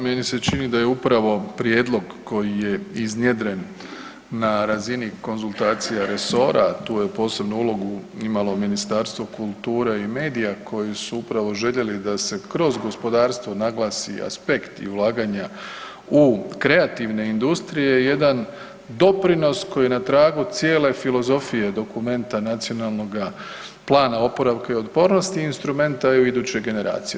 Meni se čini da je upravo prijedlog koji je iznjedren na razini konzultacija resora, a tu je posebnu ulogu imalo Ministarstvo kulture i medija koji su upravo željeli da se kroz gospodarstvo naglasi aspekt i ulaganja u kreativne industrije jedan doprinos koji na tragu cijele filozofije dokumenta Nacionalnoga plana oporavka i otpornosti i instrumenta EU iduće generacije.